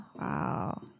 wow